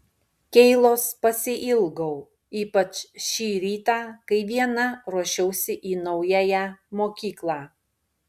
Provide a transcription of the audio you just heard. keilos pasiilgau ypač šį rytą kai viena ruošiausi į naująją mokyklą